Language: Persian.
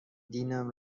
دینم